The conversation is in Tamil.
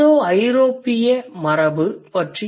இந்தோ ஐரோப்பிய மரபு பற்றி அடுத்த அமர்வில் பேசுவேன்